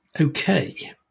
okay